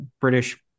British